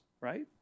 right